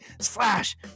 slash